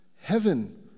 heaven